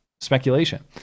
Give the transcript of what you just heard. speculation